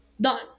Done